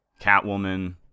Catwoman